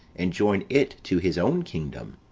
and join it to his own kingdom.